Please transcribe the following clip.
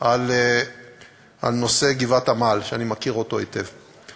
על נושא גבעת-עמל, שאני מכיר אותו היטב.